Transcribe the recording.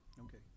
Okay